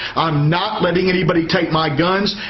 i'm not letting anybody take my guns.